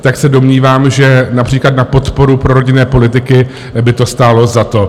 Tak se domnívám, že například na podporu prorodinné politiky by to stálo za to.